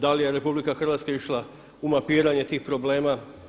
Da li je RH išla u mapiranje tih problem?